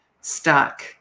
stuck